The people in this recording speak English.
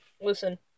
Listen